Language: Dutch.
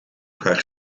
haar